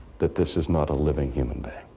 that this is not a living human being,